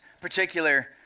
particular